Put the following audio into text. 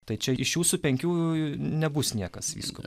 tai čia iš jūsų penkių nebus niekas vyskupai